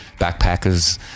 backpackers